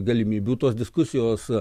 galimybių tos diskusijos